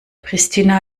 pristina